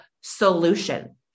solution